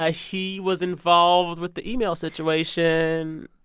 ah he was involved with the email situation.